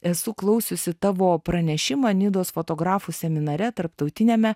esu klausiusi tavo pranešimą nidos fotografų seminare tarptautiniame